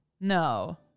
no